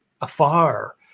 afar